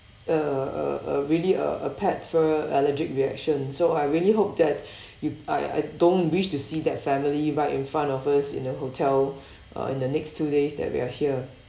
uh uh a really uh a pet fur allergic reaction so I really hope that you I I don't wish to see that family right in front of us in the hotel uh in the next two days that we are here